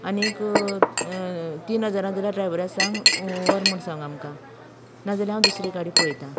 आनीक तीन हजाराक जाल्यार ड्रयव्हराक सांग व्हर म्हूण सांग आमकां नाजाल्यार हांव दुसरी गाडी पळयता